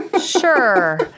Sure